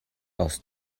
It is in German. aus